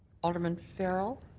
alderman farrell.